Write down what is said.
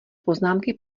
poznámky